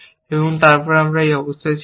এবং তারপর আমি এই অবস্থায় ছিলাম